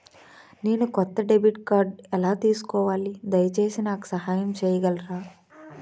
నేను కొత్త డెబిట్ కార్డ్ని ఎలా తీసుకోవాలి, దయచేసి నాకు సహాయం చేయగలరా?